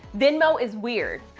venmo is weird.